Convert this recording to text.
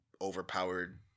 overpowered